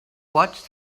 watched